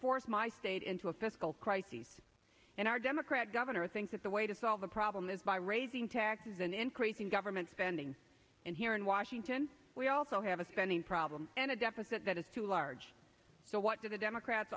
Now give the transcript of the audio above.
forced my state into a fiscal crises and our democrat governor thinks that the way to solve the problem is by raising taxes and increasing government spending and here in washington we also have a spending problem and a deficit that is too large so what do the democrats